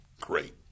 Great